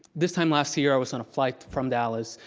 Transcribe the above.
this time last year i was on a flight from dallas.